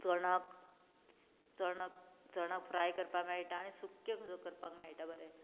चणाक चणाक चणाक फ्राय करपाक मेळटा आनी सुक्यो खंय करपाक मेळटा बरें